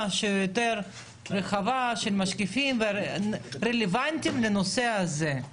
שיותר רחבה של משקיפים רלוונטיים לנושא הזה.